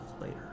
later